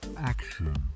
Action